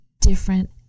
different